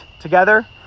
together